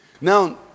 Now